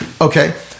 Okay